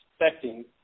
expecting